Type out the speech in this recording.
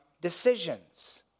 decisions